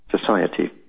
society